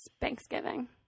Thanksgiving